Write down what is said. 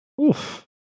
Oof